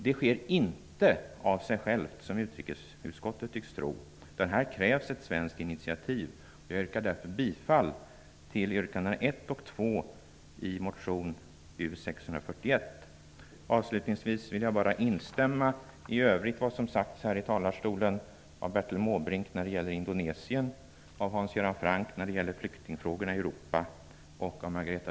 Det sker inte av sig självt som utrikesutskottet tycks tro. Det krävs ett svenskt initiativ här. Jag yrkar därför bifall till yrkandena 1 och 2 i motion U641. Avslutningsvis vill jag instämma i vad som sagts här i talarstolen av Bertil Måbrink när det gäller Indonesien, av Hans Göran Franck när det gäller flyktingfrågorna i Europa och av Margareta